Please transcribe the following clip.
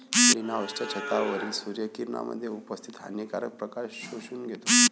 green हाउसच्या छतावरील सूर्य किरणांमध्ये उपस्थित हानिकारक प्रकाश शोषून घेतो